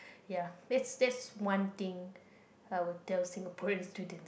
ya that's that's one thing I would tell Singaporeans to